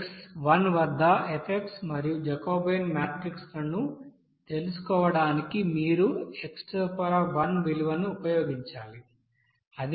x వద్ద F మరియు Jacobian matrix లను తెలుసుకోవడానికి మీరు xవిలువను ఉపయోగించాలి